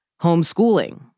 homeschooling